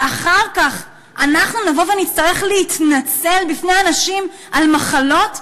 שאחר כך אנחנו נבוא ונצטרך להתנצל בפני אנשים על מחלות?